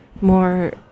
more